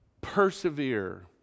persevere